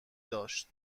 داشت